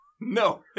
no